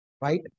right